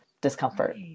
discomfort